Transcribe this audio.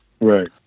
Right